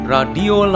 Radio